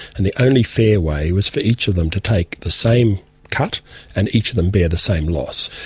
and the only fair way was for each of them to take the same cut and each of them bear the same loss.